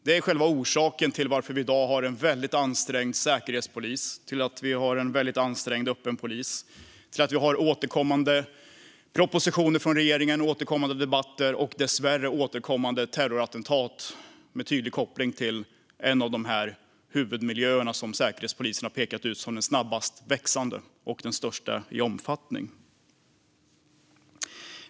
Detta är orsaken till att vi i dag har en väldigt ansträngd säkerhetspolis och öppen polis och till att vi har återkommande propositioner, debatter och, dessvärre, terrorattentat med tydlig koppling till den miljö som Säkerhetspolisen pekat ut som snabbast växande och störst i omfattning.